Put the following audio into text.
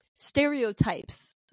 stereotypes